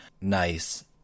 nice